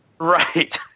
right